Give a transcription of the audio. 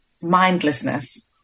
mindlessness